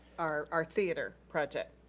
our our theater project?